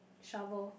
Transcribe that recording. shovel